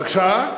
בבקשה?